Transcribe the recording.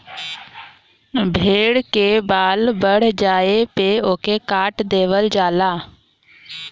भेड़ के बाल बढ़ जाये पे ओके काट देवल जाला